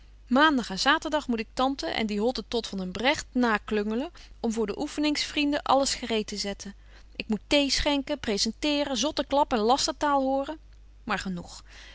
maandag en saturdag moet ik tante en die hottentot van een bregt na klungelen om voor de oeffenings vrienden alles gereed te zetten ik moet thee schenken presenteeren zotteklap en lastertaal horen maar genoeg